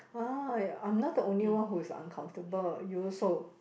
ah I'm not the only one who is uncomfortable you also